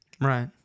Right